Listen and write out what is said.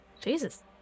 jesus